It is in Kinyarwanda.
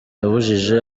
yabujije